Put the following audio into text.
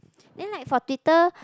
then like for Twitter